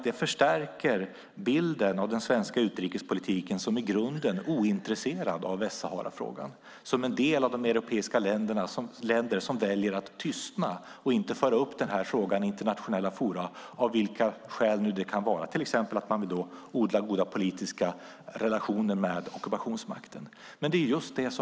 Det förstärker bilden av den svenska utrikespolitiken som i grunden ointresserad av Västsaharafrågan, som en del av de europeiska länder som väljer att tystna och inte att föra upp frågan i internationella forum av vilka skäl det nu kan vara, till exempel att man vill odla goda politiska relationer med ockupationsmakten.